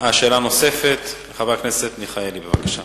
שאלה נוספת לחבר הכנסת אברהם מיכאלי, בבקשה.